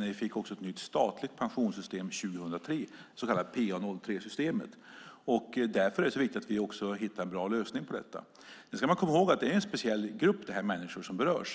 när vi fick ett nytt statligt pensionssystem 2003, det så kallade PA03-systemet. Därför är det viktigt att vi hittar en bra lösning på detta. Sedan ska man komma ihåg att det är en speciell grupp människor som berörs.